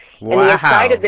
Wow